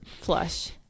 Flush